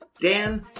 Dan